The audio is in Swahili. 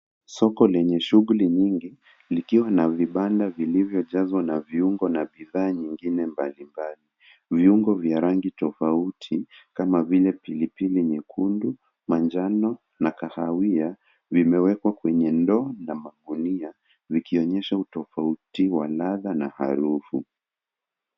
Soko lenye shughuli nyingi likiwa na vibanda vilivyojazwa na viungo na bidhaa nyingine mbalimbali. Viungo vya rangi tofauti kama vile pilipili nyekundu, manjano na kahawia vimewekwa kwenye ndoo na makunia zikionyesha utofauti wa radha na harufu.